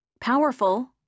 powerful